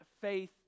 faith